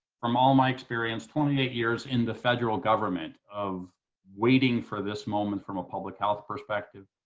from all my experience, twenty eight years in the federal government, of waiting for this moment from a public health perspective,